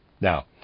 Now